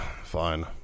Fine